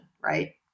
right